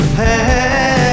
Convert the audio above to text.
hey